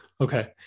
okay